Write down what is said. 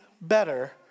better